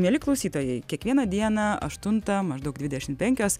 mieli klausytojai kiekvieną dieną aštuntą maždaug dvidešimt penkios